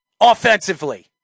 Offensively